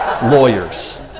Lawyers